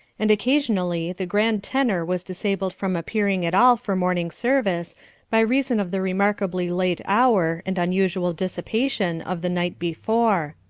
and occasionally the grand tenor was disabled from appearing at all for morning service by reason of the remarkably late hour and unusual dissipation of the night before.